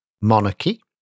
monarchy